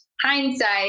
hindsight